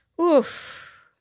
Oof